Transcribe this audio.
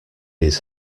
his